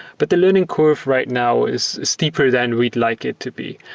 but the learning curve right now is steeper than we'd like it to be.